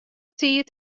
tiid